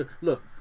Look